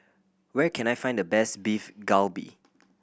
where can I find the best Beef Galbi